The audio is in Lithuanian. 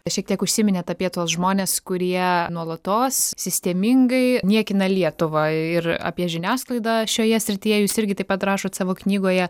šiek tiek užsiminėt apie tuos žmones kurie nuolatos sistemingai niekina lietuvą ir apie žiniasklaidą šioje srityje jūs irgi taip pat rašot savo knygoje